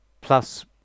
plus